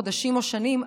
חודשים או שנים,